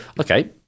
okay